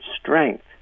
strength